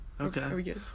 Okay